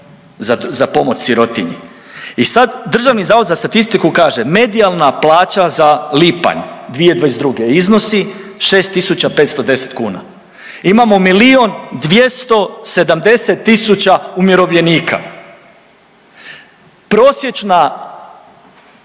za pomoć sirotinji. I sad Državni zavod za statistiku kaže medijalna plaća za lipanj 2022. iznosi 6.510 kuna. Imamo milion 270 tisuća umirovljenika, prosječna